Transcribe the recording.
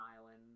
Island